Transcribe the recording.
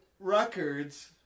Records